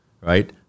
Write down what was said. right